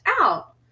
out